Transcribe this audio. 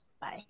Bye